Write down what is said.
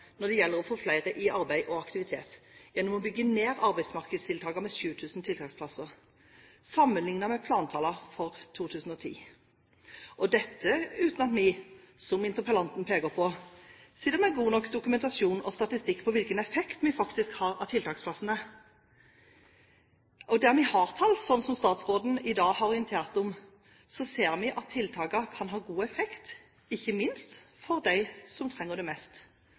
når det gjelder å få flere i arbeid og aktivitet, gjennom å bygge ned arbeidsmarkedstiltakene med 7 000 tiltaksplasser sammenlignet med plantallene for 2010, og dette uten at vi, som interpellanten peker på, sitter med god nok dokumentasjon og statistikk på hvilken effekt tiltaksplassene faktisk har. Der vi har tall, slik som statsråden i dag har orientert om, ser vi at tiltakene kan ha god effekt, ikke minst for dem som trenger det mest.